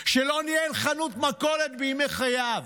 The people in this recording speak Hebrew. שלא ניהל חנות מכולת בימי חייו,